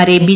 മാരെ ബി